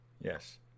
Yes